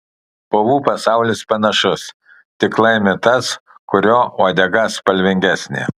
povų pasaulis panašus tik laimi tas kurio uodega spalvingesnė